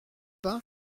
pas